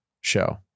show